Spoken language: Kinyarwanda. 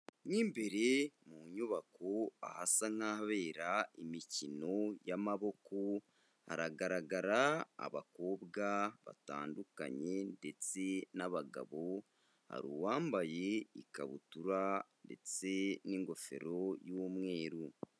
Mu imbere mu nyubako ahasa n'ahabera imikino y'amaboko, hagaragara abakobwa batandukanye ndetse n'abagabo, hari uwambaye ikabutura ndetse n'ingofero y'umweru.